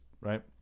right